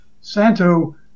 Santo